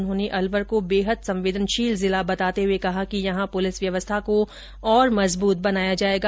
उन्होंने अलवर को बेहद संवेदनशील जिला बताते हुए कहा कि यहां पुलिस व्यवस्था को और भी मजबूत बनाया जायेगा